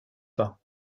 pas